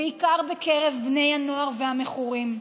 בעיקר בקרב בני הנוער והמכורים.